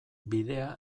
bidea